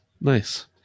Nice